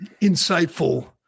insightful